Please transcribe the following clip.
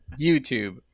YouTube